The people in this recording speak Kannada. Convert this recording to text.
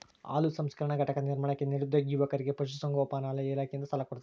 ಹಾಲು ಸಂಸ್ಕರಣಾ ಘಟಕ ನಿರ್ಮಾಣಕ್ಕೆ ನಿರುದ್ಯೋಗಿ ಯುವಕರಿಗೆ ಪಶುಸಂಗೋಪನಾ ಇಲಾಖೆಯಿಂದ ಸಾಲ ಕೊಡ್ತಾರ